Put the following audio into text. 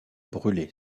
brûler